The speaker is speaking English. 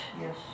yes